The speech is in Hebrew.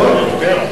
אפילו יותר,